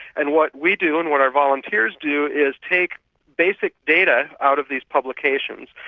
and what we do, and what our volunteers do, is take basic data out of these publications,